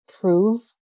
prove